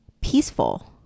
peaceful